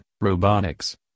robotics